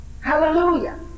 Hallelujah